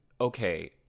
okay